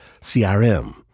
CRM